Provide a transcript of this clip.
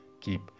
keep